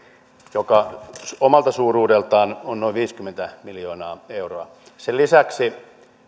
joka omalta suuruudeltaan on noin viisikymmentä miljoonaa euroa sen lisäksi